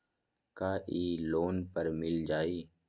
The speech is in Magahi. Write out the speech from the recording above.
का इ लोन पर मिल जाइ?